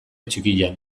txikian